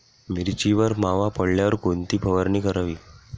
मिरचीवर मावा पडल्यावर कोणती फवारणी करावी?